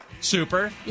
Super